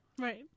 Right